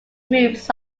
groups